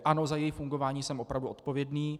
Ano, za její fungování jsem opravdu odpovědný.